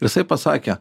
jisai pasakė